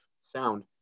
sound